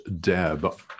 Deb